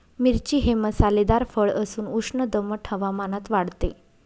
मिरची हे मसालेदार फळ असून उष्ण दमट हवामानात वाढते